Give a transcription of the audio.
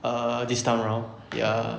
err this time round ya